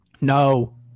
No